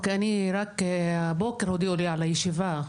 אני רק הבוקר הודיעו לי על הישיבה,